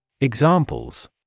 Examples